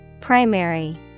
Primary